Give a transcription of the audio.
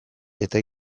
eta